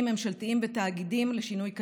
וממשלתיים ותאגידים לשינוי כלכלי.